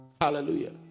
Hallelujah